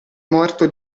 morto